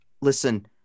listen